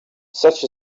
such